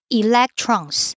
electrons